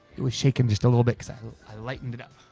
it was shaking just a little bit cause ah i lightened it up.